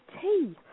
tea